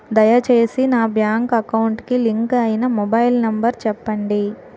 దయచేసి నా bank account కి లింక్ అయినా మొబైల్ నంబర్ చెప్పండి